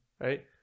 Right